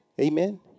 Amen